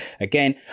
again